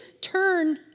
turn